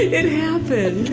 it happened?